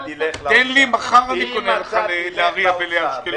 תן לי, מחר אני קונה לך לנהריה ולאשקלון.